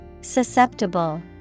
Susceptible